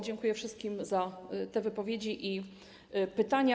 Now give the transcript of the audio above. Dziękuję wszystkim za te wypowiedzi i pytania.